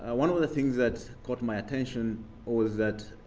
ah one of the things that caught my attention was that.